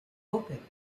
open